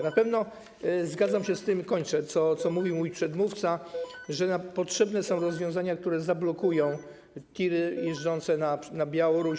Na pewno zgadzam się z tym - już kończę - co mówił mój przedmówca, że potrzebne są rozwiązania, które zablokują tiry jeżdżące na Białoruś.